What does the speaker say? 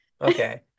okay